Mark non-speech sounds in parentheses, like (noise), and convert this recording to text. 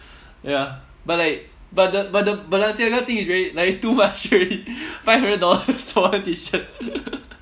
ya but like but the but the balenciaga thing is really like too much already five hundred dollars for one T-shirt (laughs)